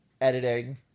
editing